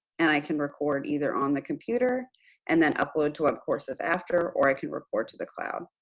and i can record either on the computer and then upload to webcourses after, or i can record to the cloud.